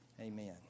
Amen